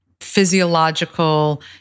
physiological